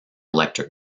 electric